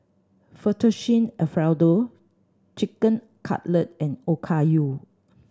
Fettuccine Alfredo Chicken Cutlet and Okayu